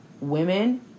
women